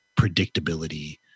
predictability